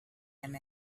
him